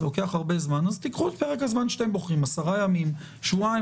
קחו את פרק הזמן שאתם בוחרים: עשרה ימים, שבועיים.